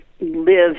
live